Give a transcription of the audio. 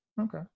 Okay